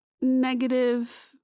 negative